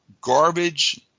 garbage